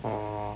oh